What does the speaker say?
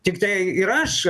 tiktai ir aš